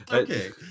Okay